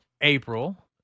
April